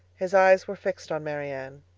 his eyes were fixed on marianne,